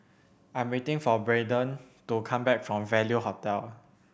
I'm waiting for Brayden to come back from Value Hotel